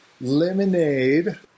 lemonade